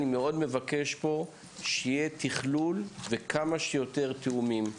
אני מאוד מבקש שיהיה תכלול וכמה שיותר תיאומים.